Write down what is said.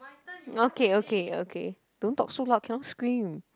okay okay okay don't talk so loud cannot scream